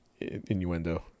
innuendo